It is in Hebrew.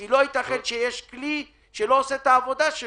כי לא ייתכן שיש כלי שלא עושה את העבודה שלו.